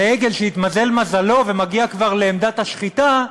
ועגל שהתמזל מזלו ומגיע כבר לעמדת השחיטה,